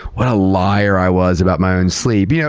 what a liar i was about my own sleep! you know